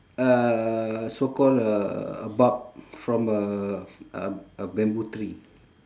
a so called a bug from a a a bamboo tree